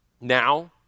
now